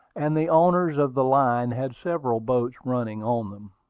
and the owners of the line had several boats running on them.